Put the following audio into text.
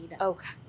Okay